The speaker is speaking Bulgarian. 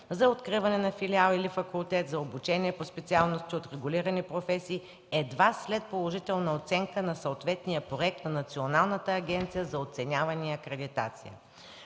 за откриване на филиал или факултет за обучение по специалности от регулирани професии едва след положителна оценка на съответния проект на Националната агенция за оценяване и акредитация.